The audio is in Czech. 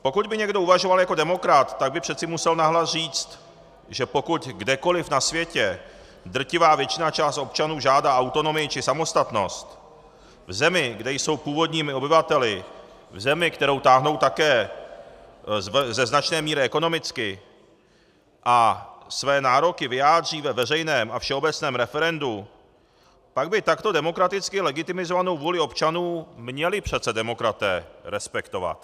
Pokud by někdo uvažoval jako demokrat, tak by přece musel nahlas říct, že pokud kdekoli na světě drtivá většina, část občanů, žádá autonomii či samostatnost v zemi, kde jsou původními obyvateli, v zemi, kterou táhnou také ze značné míry ekonomicky a své nároky vyjádří ve veřejném a všeobecném referendu, pak by takto demokraticky legitimizovanou vůli občanů měli přece demokraté respektovat.